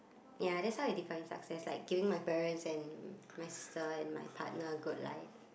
ya that's why I define success like giving my parents and my sister and my partner good life